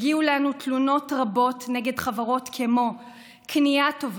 הגיעו אלינו תלונות רבות נגד חברות כמו קנייה טובה,